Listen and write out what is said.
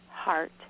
heart